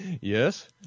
Yes